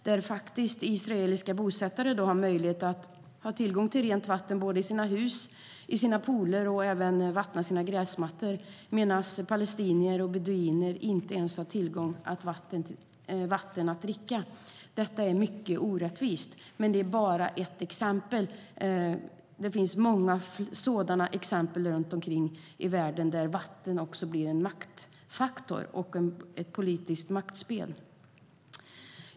Där har israeliska bosättare tillgång till rent vatten i sina hus, i sina pooler och för att vattna sina gräsmattor medan palestinier och beduiner inte ens har tillgång till dricksvatten. Det är mycket orättvist, men det är bara ett exempel av många i världen där vatten blir en maktfaktor och en bricka i ett politiskt maktspel.